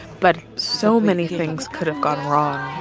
but so many things could've gone wrong